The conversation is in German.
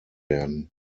werden